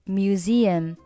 museum